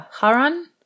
Haran